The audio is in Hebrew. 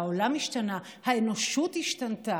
השתנתה, העולם השתנה, האנושות השתנתה.